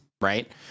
right